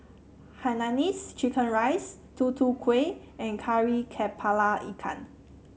Hainanese Chicken Rice Tutu Kueh and Kari kepala Ikan